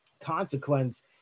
consequence